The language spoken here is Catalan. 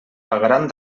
pagaran